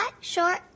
short